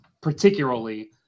particularly